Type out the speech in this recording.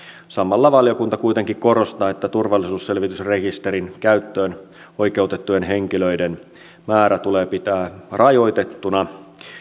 samalla valiokunta kuitenkin korostaa että turvallisuusselvitysrekisterin käyttöön oikeutettujen henkilöiden määrä tulee pitää rajoitettuna